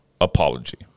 apology